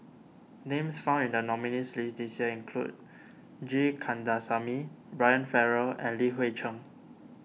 names found in the nominees' list this year include G Kandasamy Brian Farrell and Li Hui Cheng